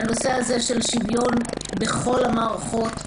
הנושא הזה של שוויון בכל המערכות,